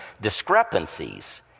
discrepancies